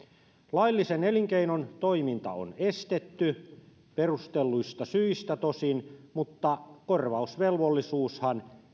laillisen elinkeinon toiminta on estetty perustelluista syistä tosin mutta korvausvelvollisuushan